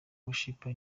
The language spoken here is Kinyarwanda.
worshipers